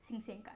新鲜感